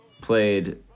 played